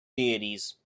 deities